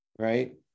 Right